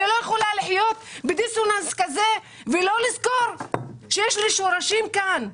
אני לא יכולה לחיות בדיסוננס כזה ולא לזכור שיש לי שורשים כאן,